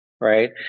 right